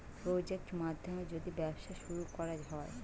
project মাধ্যমে যদি ব্যবসা শুরু করা হয়